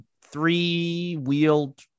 three-wheeled